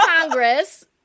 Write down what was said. Congress